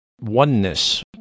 oneness